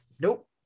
nope